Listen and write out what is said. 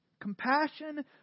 Compassion